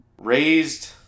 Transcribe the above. raised